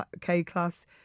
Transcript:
K-Class